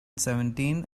seventeen